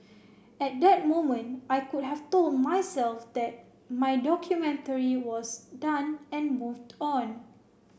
at that moment I could have told myself that my documentary was done and moved on